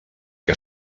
que